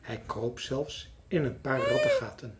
hij kroop zelfs in een